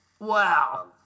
wow